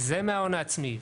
וזה מההון העצמי,